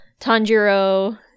Tanjiro